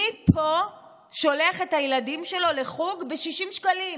מי פה שולח את הילדים שלו לחוג ב-60 שקלים?